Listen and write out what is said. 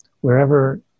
wherever